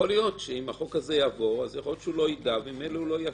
יכול להיות שאם החוק הזה יעבור יכול להיות שהוא לא יידע וממילא לא ישעה.